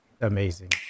amazing